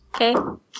Okay